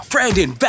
Brandon